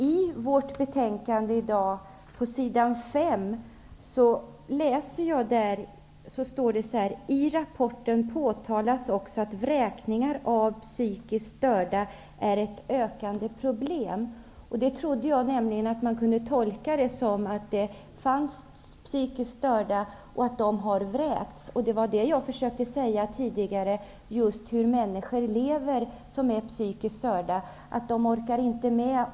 I det betänkande som vi i dag behandlar står det på s. 5: ''I rapporten påtalas också att vräkningar av psykiskt störda är ett ökande problem.'' Jag trodde att det kunde tolkas så, att det fanns psykiskt störda som har vräkts. Vad jag tidigare försökte framhålla var just hur psykiskt störda människor lever.